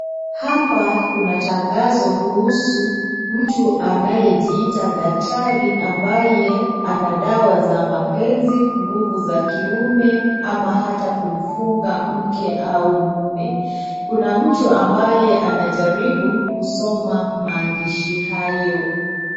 Hapa kuna tangazo kuhusu mtu anayejiita daktari ambaye anadawa za mapenzi nguvu za kiume ama au atakufunga mwanamke au mume, kuna mtu ambayo anajaribu kusoma maandishi hayo.